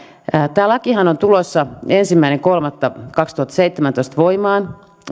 tämä lakihan on tulossa ensimmäinen kolmatta kaksituhattaseitsemäntoista voimaan